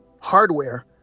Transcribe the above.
hardware